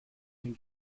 den